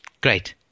Great